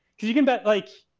because you can bet like,